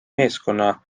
meeskonna